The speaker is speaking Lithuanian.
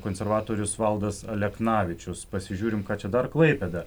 konservatorius valdas aleknavičius pasižiūrim ką čia dar klaipėda